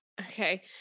Okay